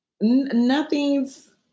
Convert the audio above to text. Nothing's